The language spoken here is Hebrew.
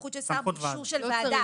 בסמכות של שר באישור של ועדה.